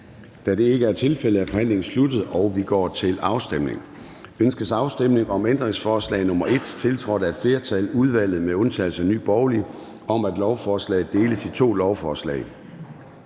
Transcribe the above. Da det ikke er tilfældet, er forhandlingen sluttet, og vi går til afstemning. Kl. 10:18 Afstemning Formanden (Søren Gade): Ønskes afstemning om ændringsforslag nr. 1, tiltrådt af et flertal (udvalget med undtagelse af NB), om, at lovforslaget deles i to lovforslag?